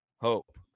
hope